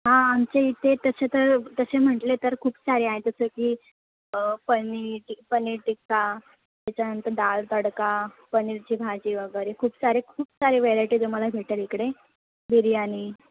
हां आमच्या इथे तसे तर तसे म्हटले तर खूप सारे आहे जसे की पनीर पनीर टिक्का त्याच्यानंतर डाळ तडका पनीरची भाजी वगैरे खूप सारे खूप सारे व्हरायटी तुम्हाला भेटेल इकडे बिर्याणी